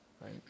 Right